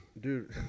Dude